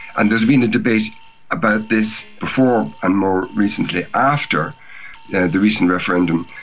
and there's been a debate about this before and more recently after the the recent referendum,